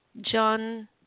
John